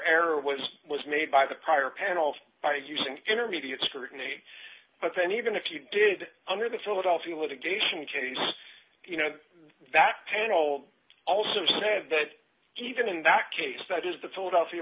error what was made by the prior panel by using intermediate scrutiny but then even if you did under the philadelphia litigation case you know that that panel also said that even in that case that is the philadelphia